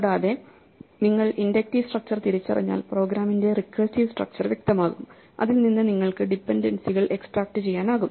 കൂടാതെ നിങ്ങൾ inductive structure തിരിച്ചറിഞ്ഞാൽ പ്രോഗ്രാമിന്റെ റിക്കേഴ്സീവ് സ്ട്രക്ച്ചർ വ്യക്തമാകും അതിൽ നിന്ന് നിങ്ങൾക്ക് ഡിപൻഡൻസികൾ എക്സ്ട്രാക്റ്റുചെയ്യാനാകും